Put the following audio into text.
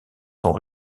sont